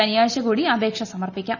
ശനിയാഴ്ച കൂടി അപേക്ഷ സമർപ്പിക്കാം